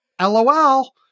lol